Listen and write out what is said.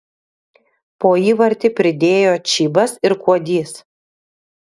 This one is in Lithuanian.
po įvartį pridėjo čybas ir kuodys